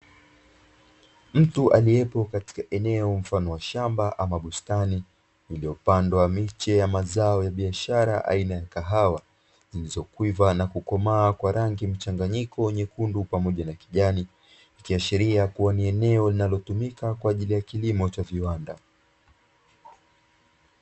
Mtu aliyopo katika eneo mfano wa shamba ama bustani, iliyopandwa miche ya mazao ya biashara aina ya kahawa, zilizokwiva na kukomaa kwa rangi mchanganyiko nyekundu na pamoja na kijani ikiashiria kuwa ni eneo linalotumika kwa ajili ya kilimo cha viwanda.